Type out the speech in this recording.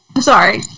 Sorry